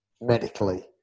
medically